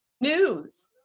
news